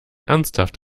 ernsthaft